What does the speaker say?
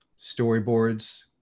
storyboards